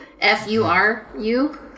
F-U-R-U